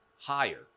higher